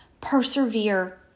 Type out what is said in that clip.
persevere